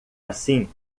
assim